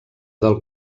del